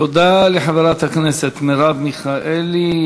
תודה לחברת הכנסת מרב מיכאלי.